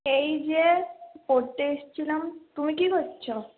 এই যে পড়তে এসছিলাম তুমি কি করছো